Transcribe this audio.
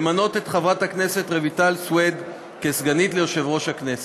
למנות את חברת הכנסת רויטל סויד לסגנית יושב-ראש הכנסת.